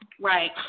Right